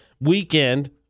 weekend